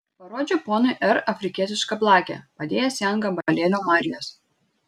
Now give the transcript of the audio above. parodžiau ponui r afrikietišką blakę padėjęs ją ant gabalėlio marlės